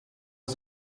est